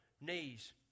knees